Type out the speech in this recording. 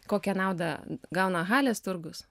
kokią naudą gauna halės turgus